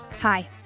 Hi